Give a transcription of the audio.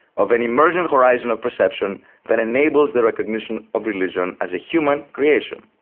of an emergent horizon of perception that enables the recognition of religion as a human creation,